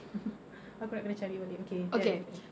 aku nak kena cari balik okay can